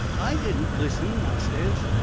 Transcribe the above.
i didn't listen! i says.